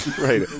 Right